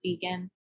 vegan